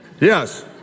Yes